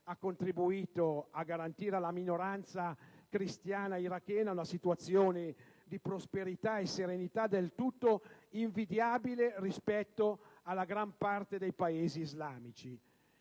ha contribuito a garantire alla minoranza cristiana irachena una situazione di prosperità e serenità del tutto invidiabile rispetto alla gran parte dei Paesi islamici.